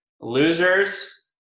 Losers